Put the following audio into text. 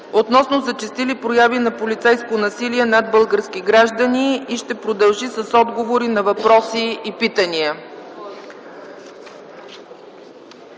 относно зачестили прояви на полицейско насилие над български граждани и ще продължи с отговори на въпроси и питания.